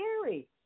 scary